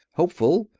hopeful,